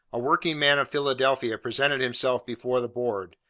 a working man of philadelphia presented himself before the board,